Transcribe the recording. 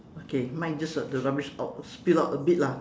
okay mine just a the rubbish out spill out a bit lah